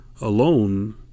alone